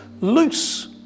loose